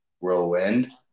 whirlwind